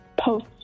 post